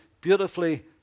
beautifully